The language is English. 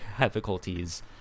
difficulties